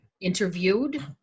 interviewed